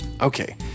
Okay